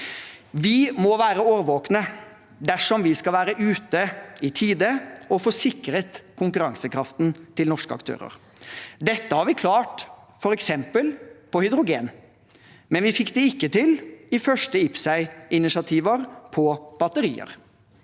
Vi må være årvåkne dersom vi skal være ute i tide og få sikret konkurransekraften til norske aktører. Dette har vi klart med f.eks. hydrogen, men vi fikk det ikke til i de første IPCEI-initiativene for batterier.